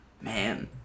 Man